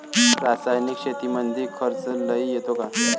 रासायनिक शेतीमंदी खर्च लई येतो का?